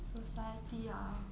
society ah